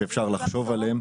שאפשר לחשוב עליהם.